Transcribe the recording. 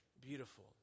beautiful